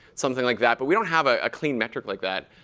something like that. but we don't have a clean metric like that.